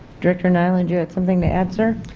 director nyland you had something to add sir?